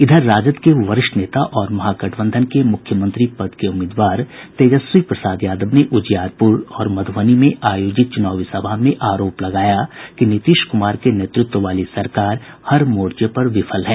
इधर राजद के वरिष्ठ नेता और महागठबंधन के मुख्यमंत्री पद के उम्मीदवार तेजस्वी प्रसाद यादव ने उजियारपुर और मध्रबनी में आयोजित चुनावी सभा में आरोप लगाया कि नीतीश कुमार के नेतृत्व वाली सरकार हर मोर्चे पर विफल है